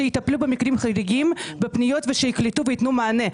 שיטפלו במקרים החריגים ושיקלטו וייתנו מענה.